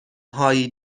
هایی